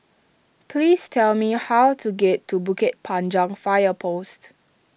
please tell me how to get to Bukit Panjang Fire Post